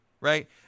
right